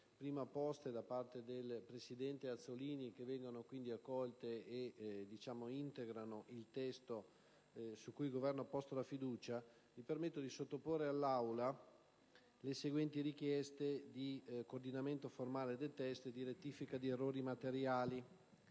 prima poste da parte del presidente Azzollini che sono accolte e integrano il testo su cui il Governo ha posto la fiducia, mi permetto di sottoporre all'Aula le seguenti richieste di coordinamento formale del testo e di rettifica di errori materiali.